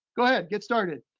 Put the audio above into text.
go ahead, get started.